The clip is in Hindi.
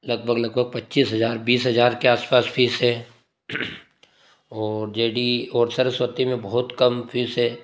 लगभग लगभग पचीस हजार बीस हजार के आसपास फीस है और जे डी ई और सरस्वती में बहुत कम फीस है